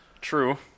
True